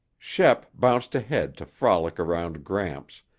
shep bounced ahead to frolic around gramps,